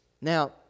Now